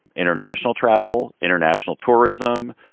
international travel, international tourism,